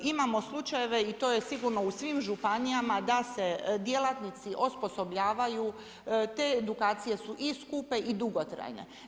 Imamo slučajeve i to je sigurno u svim županijama da se djelatnici osposobljavaju, te edukacije su i skupe i dugotrajne.